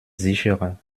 sicherer